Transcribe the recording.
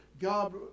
God